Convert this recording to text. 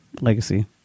legacy